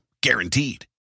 Guaranteed